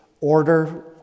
order